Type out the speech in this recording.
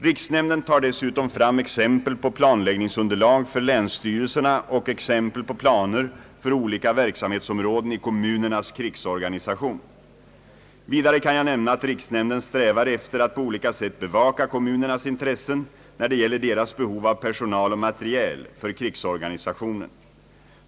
Riksnämnden tar dessutom fram exempel på planläggningsunderlag för länsstyrelserna och exempel på planer för olika verksamhetsområden i kommunernas krigsorganisation. Vidare kan jag nämna att riksnämnden strävar efter att på olika sätt bevaka kommunernas intressen när det gäller deras behov av personal och materiel för krigsorganisationen.